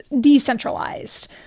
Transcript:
decentralized